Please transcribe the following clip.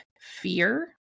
fear